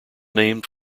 named